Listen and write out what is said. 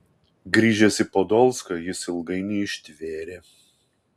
grįžęs į podolską jis ilgai neištvėrė